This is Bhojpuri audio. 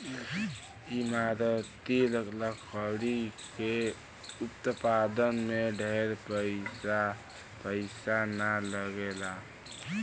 इमारती लकड़ी के उत्पादन में ढेर पईसा ना लगेला